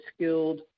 skilled